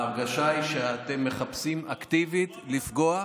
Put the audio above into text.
ההרגשה היא שאתם מחפשים אקטיבית לפגוע,